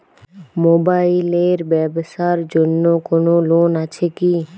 Mobile এর ব্যাবসার জন্য কোন লোন আছে কি?